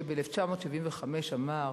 ב-1975 אמר